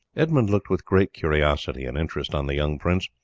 edmund looked with great curiosity and interest on the young prince,